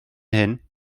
hyn